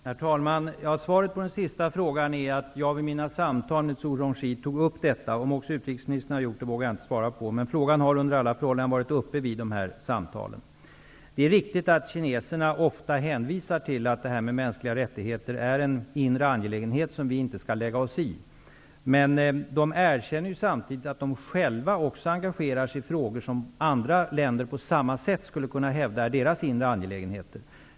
Herr talman! Svaret på den sista frågan är att jag vid mina samtal med Zhu Rongji tog upp detta. Om också utrikesministern har gjort det vågar jag inte svara på. Men frågan har under alla förhållanden varit uppe vid dessa samtal. Det är riktigt att kineserna ofta hänvisar till att detta med mänskliga rättigheter är en inre angelägenhet som vi inte skall lägga oss i. Men de erkänner samtidigt att de själva engagerar sig i frågor som andra länder på samma sätt skulle kunna hävda är deras inre angelägenheter.